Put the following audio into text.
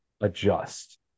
adjust